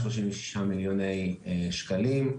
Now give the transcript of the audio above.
36 מיליוני שקלים,